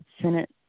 Senate